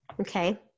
Okay